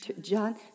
John